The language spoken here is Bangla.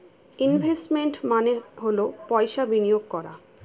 ইনভেস্টমেন্ট মানে হল পয়সা বিনিয়োগ করা